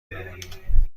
بمانیم